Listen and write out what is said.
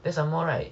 then some more right